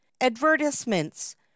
Advertisements